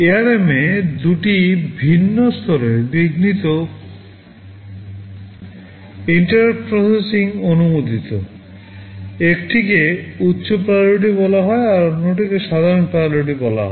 এআরএমে দুটি ভিন্ন স্তরের বিঘ্নিত interrupt processing অনুমোদিত একটিকে উচ্চ PRIORITY বলা হয় বা অন্যটিকে সাধারণ PRIORITY বলা হয়